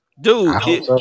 dude